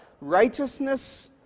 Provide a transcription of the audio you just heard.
Righteousness